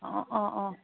অ অ অ